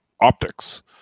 optics